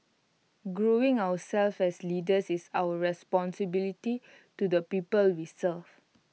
growing ourselves as leaders is our responsibility to the people we serve